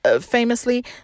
famously